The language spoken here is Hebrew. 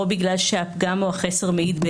או בגלל שהפגם או החסר מעידים